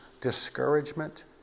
discouragement